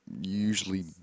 usually